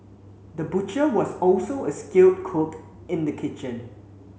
the butcher was also a skilled cook in the kitchen